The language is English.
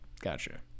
Gotcha